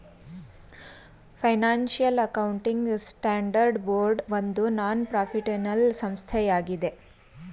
financial accounting standard board ಒಂದು non ಪ್ರಾಫಿಟ್ಏನಲ್ ಸಂಸ್ಥೆಯಾಗಿದೆ